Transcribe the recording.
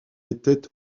était